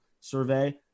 survey